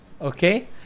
Okay